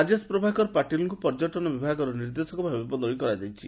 ରାଜେଶ ପ୍ରଭାକର ପାଟିଲଙ୍କୁ ପର୍ଯ୍ୟଟନ ବିଭାଗର ନିର୍ଦ୍ଦେଶକ ଭାବେ ବଦଳି କରାଯାଇଛି